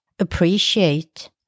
Appreciate